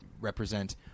represent